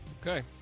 Okay